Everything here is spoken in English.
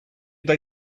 they